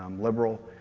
um liberal.